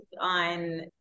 on